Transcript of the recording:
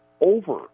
over